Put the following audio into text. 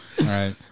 right